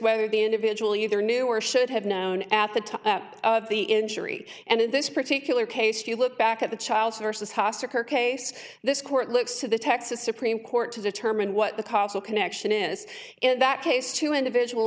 whether the individual either knew or should have known at the time of the injury and in this particular case you look back at the child's versus hasa her case this court looks to the texas supreme court to determine what the cause of connection is in that case to individual